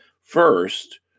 First